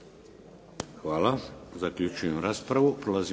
Hvala. Zaključujem raspravu.